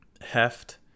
heft